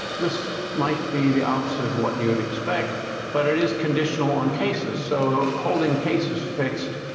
this might be the opposite of what you would expect but it is conditional on cases. so holding case is fixed,